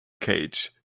cage